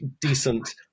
decent